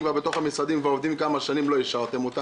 כבר בתוך המשרדים ועובדים כמה שנים לא אישרתם.